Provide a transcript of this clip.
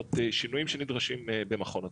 לעשות שינויים שנדרשים במכון התקנים.